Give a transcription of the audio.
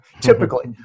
Typically